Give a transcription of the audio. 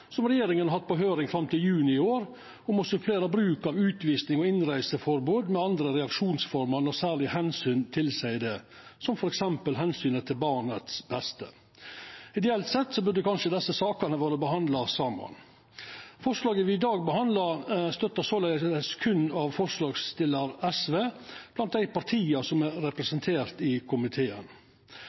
som regjeringa har hatt på høyring fram til juni i år, om å supplera bruk av utvising og innreiseforbod med andre reaksjonsformer når særlege omsyn tilseier det, som f.eks. omsynet til barnets beste. Ideelt sett burde kanskje desse sakene vore behandla saman. Forslaga me i dag behandlar, vert såleis berre støtta av forslagsstillaren SV blant dei partia som er representerte i komiteen.